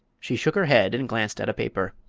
she shook her head and glanced at a paper.